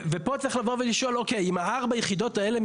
כאן צריך לשאול אם ארבעת היחידות האלה,